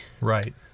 Right